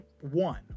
One